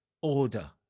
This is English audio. order